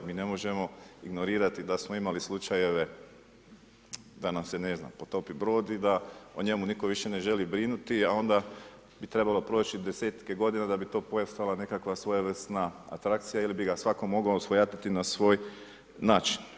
Mi ne možemo ignorirati da smo imali slučajeve da nam se ne znam, potopi brod i da o njemu više nitko ne želi brinuti a onda bi trebalo proći desetke godina da bi to postala nekakva svojevrsna atrakcija ili bi ga svatko mogao svojatati na svoj način.